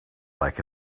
like